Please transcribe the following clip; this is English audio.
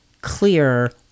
clear